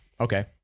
okay